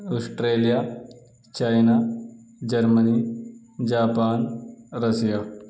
Australia China Germany Japan Russia